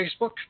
Facebook